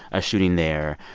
a shooting there,